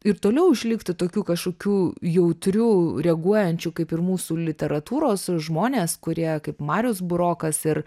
ir toliau išlikti tokiu kažkokiu jautriu reaguojančiu kaip ir mūsų literatūros žmonės kurie kaip marius burokas ir